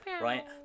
right